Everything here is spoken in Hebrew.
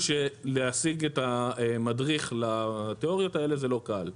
שלהשיג את המדריך לתיאוריות האלה זה לא קל,